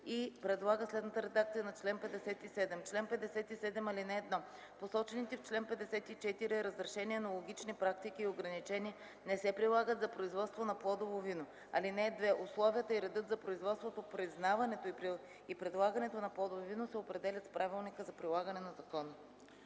и предлага следната редакция на чл. 57: „Чл. 57. (1) Посочените в чл. 54 разрешени енологични практики и ограничения не се прилагат за производство на плодово вино. (2) Условията и редът за производството, признаването и предлагането на плодово вино се определят с правилника за прилагане на закона.”